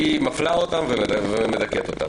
היא מפלה אותם ומדכאת אותם.